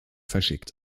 geschickt